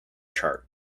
chart